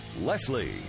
Leslie